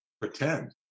pretend